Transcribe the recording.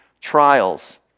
trials